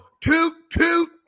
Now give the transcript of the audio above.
toot-toot